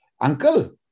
Uncle